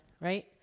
right